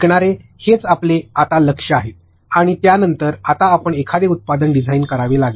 शिकणारे हेच आपले आता आपले लक्ष आहेत आणि त्यानंतर आता आपण एखादे उत्पादन डिझाइन करावे लागेल